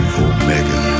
omega